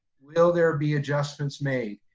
will there be adjustments made?